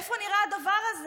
איפה נראה כדבר הזה?